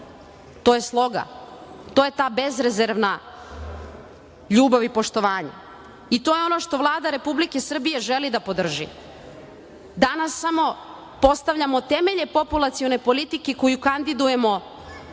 to je sloga i to je ta bezrezervna ljubav i poštovanje. To je ono što Vlada želi da podrži, danas samo postavljamo temelje populacione politike koju kandidujemo